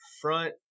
Front